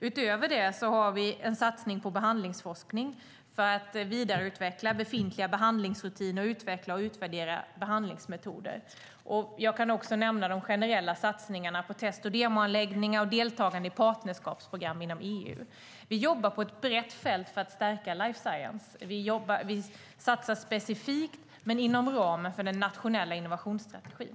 Utöver det har vi en satsning på behandlingsforskning för att vidareutveckla befintliga behandlingsrutiner och utveckla och utvärdera behandlingsmetoder. Jag kan också nämna de generella satsningarna på test och demoanläggningar och deltagande i partnerskapsprogram inom EU. Vi jobbar på ett brett fält för att stärka life science. Vi satsar specifikt men inom ramen för den nationella innovationsstrategin.